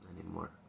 anymore